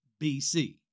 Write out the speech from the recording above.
BC